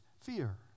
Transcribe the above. fear